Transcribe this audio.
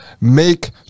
make